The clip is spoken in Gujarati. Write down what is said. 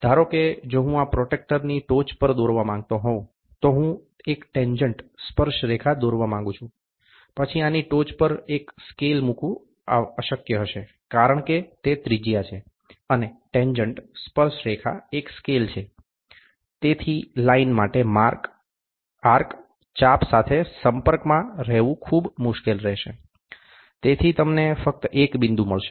ધારો કે જો હું આ પ્રોટ્રેક્ટરની ટોચ પર દોરવા માંગતો હોઉં તો હું એક ટેનજન્ટ સ્પર્શ રેખા દોરવા માંગું છું પછી આની ટોચ પર એક સ્કેલ મૂકવું અશક્ય હશે કારણ કે તે ત્રિજ્યા છે અને ટેનજન્ટસ્પર્શ રેખા એક સ્કેલ છે તેથી લાઇન માટે આર્કચાપ સાથે સંપર્કમાં રહેવું ખૂબ મુશ્કેલ રહેશે તેથી તમને ફક્ત એક બિંદુ મળશે